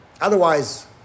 Otherwise